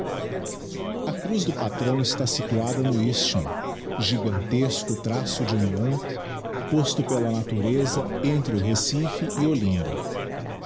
a cruz do patrão está situada no isthmo gigantesco traço de união posto pela natureza entre o recife e olinda